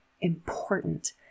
important